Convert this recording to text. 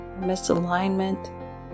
misalignment